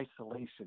isolation